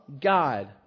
God